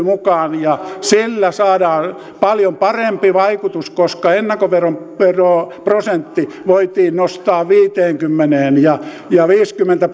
mukaan sillä saadaan paljon parempi vaikutus koska ennakkoveroprosentti voitiin nostaa viiteenkymmeneen ja ja viisikymmentä